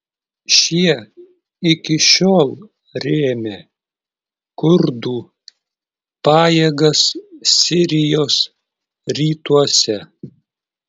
šie iki šiol rėmė kurdų pajėgas sirijos rytuose